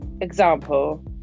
example